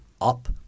up